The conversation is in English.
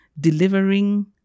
delivering